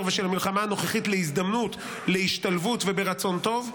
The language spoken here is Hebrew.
ושל המלחמה הנוכחית להזדמנות להשתלבות וברצון טוב,